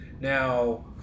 Now